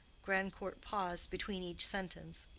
grandcourt paused between each sentence,